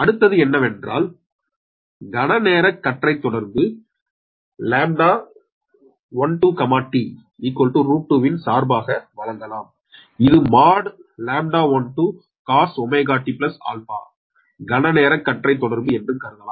அடுத்தது என்னவென்றால் கண நேர கற்றைத் தொடர்பு λ12 t √2 இன் சார்பாக வழங்கலாம் இது mod λ12 cos ⍵t 𝛼 கண நேர கற்றைத் தொடர்பு என்று கருதலாம்